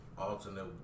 alternate